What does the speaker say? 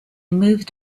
moved